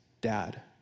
dad